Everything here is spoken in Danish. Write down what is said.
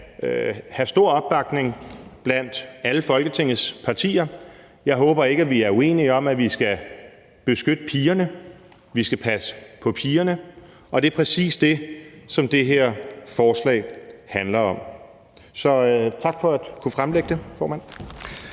have stor opbakning blandt alle Folketingets partier. Jeg håber ikke, at vi er uenige om, at vi skal beskytte pigerne, og at vi skal passe på pigerne, og det er præcis det, som det her forslag handler om. Så tak for at kunne fremlægge det, formand.